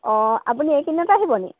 অঁ আপুনি এই কেইদিনতে আহিব নেকি